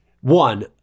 one